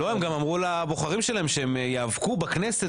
הם גם אמרו לבוחרים שלהם שהם ייאבקו בכנסת